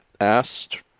asked